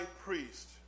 priest